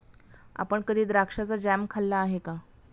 आपण कधी द्राक्षाचा जॅम खाल्ला आहे का?